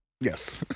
Yes